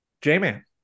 J-Man